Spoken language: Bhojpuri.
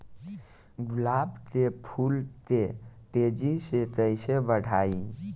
गुलाब के फूल के तेजी से कइसे बढ़ाई?